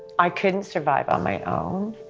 i couldn't survive on my own,